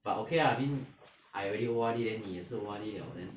but okay lah I mean I already O_R_D then 你也是 O_R_D liao then